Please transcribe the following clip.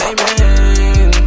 Amen